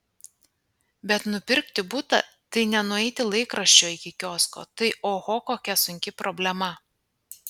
bet nupirkti butą tai ne nueiti laikraščio iki kiosko tai oho kokia sunki problema